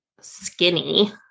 skinny